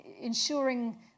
ensuring